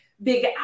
big